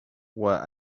were